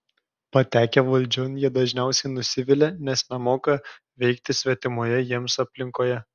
patekę valdžion jie dažniausiai nusivilia nes nemoka veikti svetimoje jiems aplinkoje